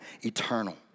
eternal